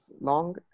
long